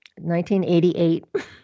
1988